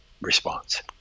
response